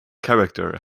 character